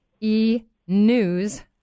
e-news